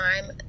time